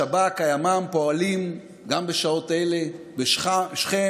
שב"כ והימ"מ פועלים גם בשעות אלה בשכם,